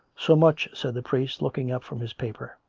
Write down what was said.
so much, said the priest, looking up from his paper,